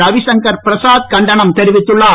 ரவிசங்கர் பிரசாத் கண்டனம் தெரிவித்துள்ளார்